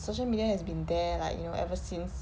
social media has been there like you know ever since